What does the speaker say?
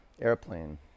Airplane